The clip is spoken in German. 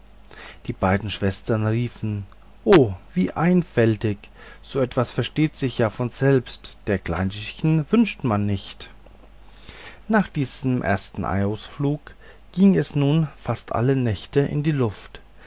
die beiden schwestern riefen o wie einfältig so etwas versteht sich ja von selbst dergleichen wünscht man nicht nach dieser ersten ausflucht ging es nun fast alle nächte in die luft